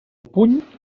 puny